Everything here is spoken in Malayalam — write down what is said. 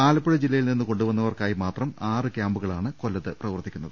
ആലപ്പുഴ ജില്ലയിൽനിന്ന് കൊണ്ടുവന്നവർക്കായി മാത്രം ആറ് ക്യാമ്പുകളാണ് കൊല്ലത്ത് പ്രവർത്തിക്കുന്നത്